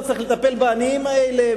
לא צריך לטפל בעניים האלה,